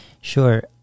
Sure